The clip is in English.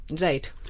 Right